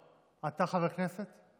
אתה חבר כנסת?